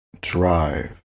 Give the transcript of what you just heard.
Drive